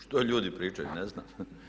Što ljudi pričaju, ne znam.